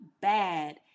bad